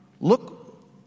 Look